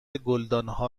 گلدانها